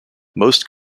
most